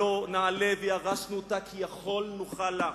עלה נעלה וירשנו אותה כי יכול נוכל לה.